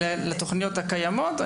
ולתוכניות הקיימות,